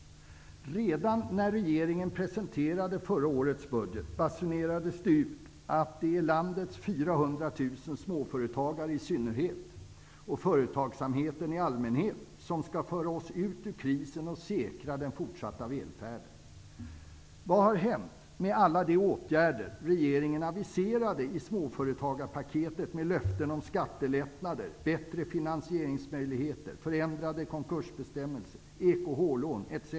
Redan när regeringen presenterade förra årets budget basunerades det ut att det är landets 400 000 småföretagare i synnerhet och företagsamheten i allmänhet som skall föra oss ut ur krisen och säkra den fortsatta välfärden. Vad har hänt med alla de åtgärder regeringen aviserade i småföretagarpaketet, med löften om skattelättnader, bättre finansieringsmöjligheter, förändrade konkursbestämmelser, EKH-lån etc.?